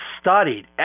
studied